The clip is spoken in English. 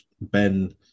ben